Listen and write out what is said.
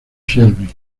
shelby